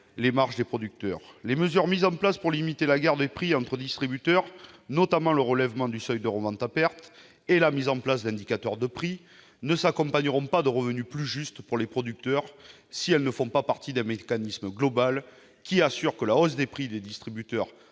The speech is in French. les marges des producteurs. Les mesures mises en place pour limiter la guerre des prix entre distributeurs, notamment le relèvement du seuil de revente à perte et la mise en place d'indicateurs de prix, ne s'accompagneront pas de revenus plus justes pour les producteurs, si elles ne font pas partie d'un mécanisme global, garantissant que la hausse des prix de distributeurs